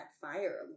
fire